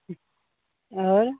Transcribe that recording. और